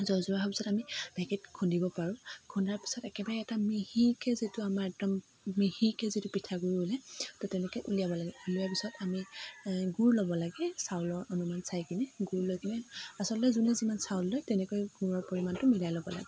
জৰজৰা হোৱাৰ পিছত আমি ঢেকীত খুন্দিব পাৰোঁ খুন্দাৰ পিছত একেবাৰে এটা মিহিকে যিটো আমাৰ একদম মিহিকে যিটো পিঠাগুড়ি ওলাই ত' তেনেকে উলিয়াব লাগে উলিওৱাৰ পিছত আমি গুড় ল'ব লাগে চাউলত অলপমান চাই কিনে গুড় লৈ কিনে আচলতে যোনে যিমান চাউল লয় তেনেকৈ গুড়ৰ পৰিমাণটো মিলাই ল'ব লাগে